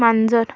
मांजर